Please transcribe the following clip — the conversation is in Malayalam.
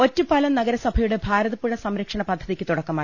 ഒറ്റപ്പാലം നഗരസഭയുടെ ഭാരതപ്പുഴ സംരക്ഷണ പദ്ധതിക്ക് തുട ക്കമായി